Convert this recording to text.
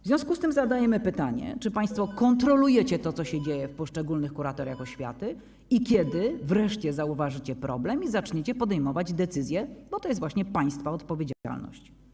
W związku z tym zadajemy pytanie, czy państwo kontrolujecie to, co się dzieje w poszczególnych kuratoriach oświaty i kiedy wreszcie zauważycie problem i zaczniecie podejmować decyzje, bo to jest właśnie państwa odpowiedzialność.